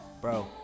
Bro